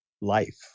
life